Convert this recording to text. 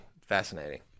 fascinating